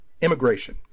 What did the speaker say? immigration